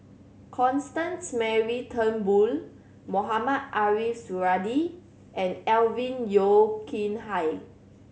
Constance Mary Turnbull Mohamed Ariff Suradi and Alvin Yeo Khirn Hai